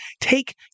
take